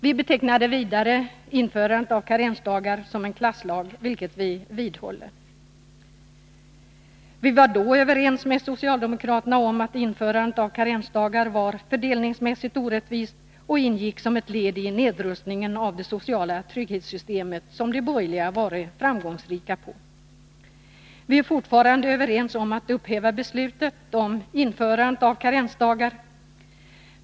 Vi betecknade vidare införandet av karensdagar som en klasslag, vilket vi vidhåller. Vi var då överens med socialdemokraterna om att införandet av karensdagar var fördelningsmässigt orättvist och ingick som ett led i nedrustningen av det sociala trygghetssystemet, en nedrustning där de borgerliga har varit framgångsrika. Vi är fortfarande överens om att upphäva beslutet om införandet av karensdagar.